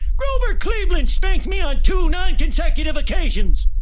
grover cleveland spanked me on two non-consecutive occasions.